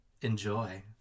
Enjoy